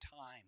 time